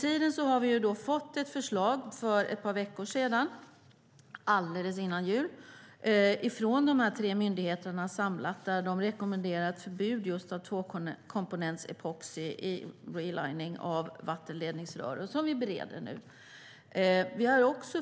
För några veckor sedan - alldeles före jul - fick vi ett förslag från de tre myndigheterna där de rekommenderar ett förbud mot tvåkomponentsepoxi i relining av vattenledningsrör. Vi bereder nu förslaget.